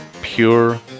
pure